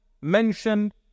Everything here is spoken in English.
mentioned